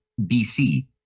bc